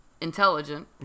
intelligent